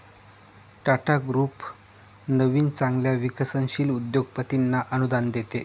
Tata group नवीन चांगल्या विकसनशील उद्योगपतींना अनुदान देते